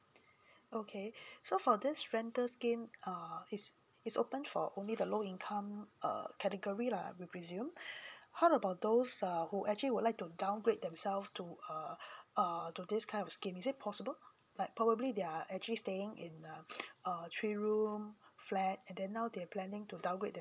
okay so for this rental scheme uh is is open for only the low income err category lah we presume how about those uh who actually would like to downgrade themselves to uh uh to this kind of scheme is it possible like probably they are actually staying in the err three room flat and then now they're planning to downgrade